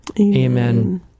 Amen